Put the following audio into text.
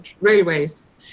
railways